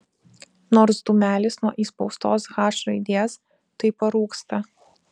nors dūmelis nuo įspaustos h raidės tai parūksta